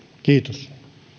kiitos